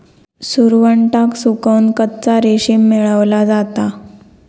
सुरवंटाक सुकवन कच्चा रेशीम मेळवला जाता